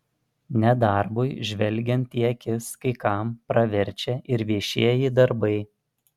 nedarbui žvelgiant į akis kai kam praverčia ir viešieji darbai